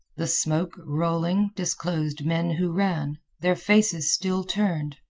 the smoke, rolling, disclosed men who ran, their faces still turned.